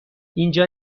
اینجا